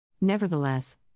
Nevertheless